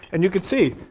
and you could see